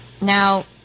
Now